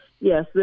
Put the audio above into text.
yes